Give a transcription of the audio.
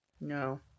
No